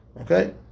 Okay